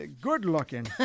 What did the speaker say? good-looking